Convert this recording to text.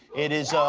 it is